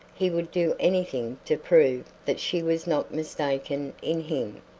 he would do anything to prove that she was not mistaken in him.